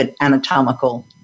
anatomical